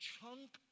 chunk